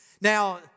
Now